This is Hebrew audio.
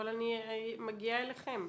אבל אני מגיעה אליכם.